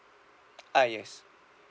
ah yes